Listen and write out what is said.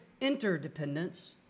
interdependence